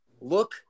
look